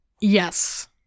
Yes